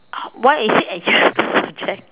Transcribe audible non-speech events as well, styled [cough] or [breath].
why is it a useless subject [breath]